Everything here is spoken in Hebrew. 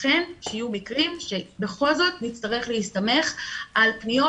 שיהיו מקרים שבכל זאת נצטרך להסתמך על פניות